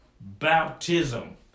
baptism